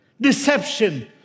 deception